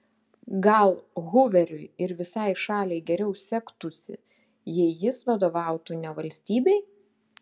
gal huveriui ir visai šaliai geriau sektųsi jei jis vadovautų ne valstybei